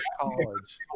college